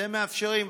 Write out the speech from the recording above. אתם מאפשרים,